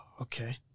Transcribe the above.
okay